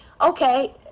okay